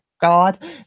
God